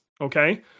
okay